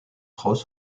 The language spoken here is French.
cros